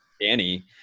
Danny